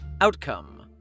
Outcome